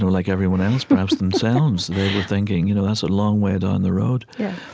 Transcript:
like everyone else, perhaps, themselves, they were thinking, you know that's a long way down the road yeah.